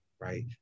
right